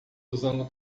usando